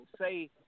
say